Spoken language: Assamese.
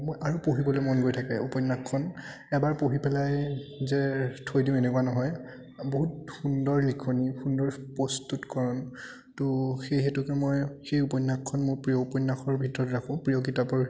আৰু পঢ়িবলৈ মন গৈ থাকে উপন্য়াসখন এবাৰ পঢ়ি পেলাই যে থৈ দিওঁ এনেকুৱা নহয় বহুত সুন্দৰ লিখনি সুন্দৰ প্ৰস্তুতকৰণ ত' সেই হেতুকে মই সেই উপন্য়াসখন মোৰ প্ৰিয় উপন্য়াসৰ ভিতৰত ৰাখোঁ প্ৰিয় কিতাপৰ